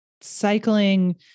cycling